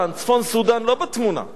צפון סודן לא בתמונה.